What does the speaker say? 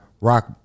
Rock